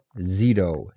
Zito